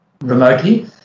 remotely